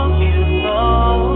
beautiful